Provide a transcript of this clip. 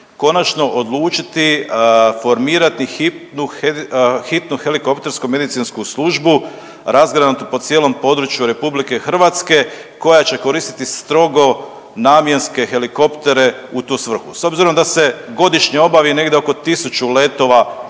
konačno odlučiti formirati hitnu helikoptersku medicinsku službu razgranatu po cijelom području RH koja će koristiti strogo namjenske helikoptere u tu svrhu? S obzirom da se godišnje obavi negdje oko tisuću letova